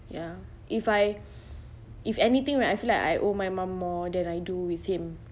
ya if I if anything right I feel like I owe my mum more than I do with him